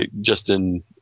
Justin